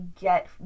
get